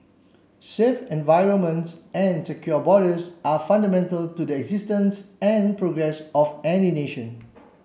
safe environments and secure borders are fundamental to the existence and progress of any nation